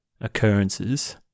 occurrences